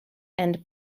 and